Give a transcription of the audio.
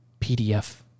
pdf